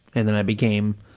and then i became